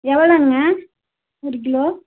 எவ்வளோங்க ஒரு கிலோ